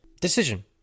decision